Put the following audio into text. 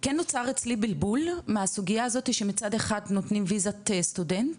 כן נוצר אצלי בלבול מהסוגייה הזאתי שמצד אחד נותנים וויזת סטודנט